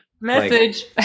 Message